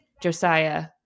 Josiah